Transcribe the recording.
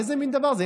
איזה מין דבר זה?